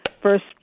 First